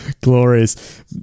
glorious